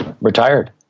retired